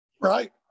Right